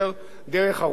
דרך ערוץ-10,